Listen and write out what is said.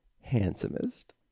Handsomest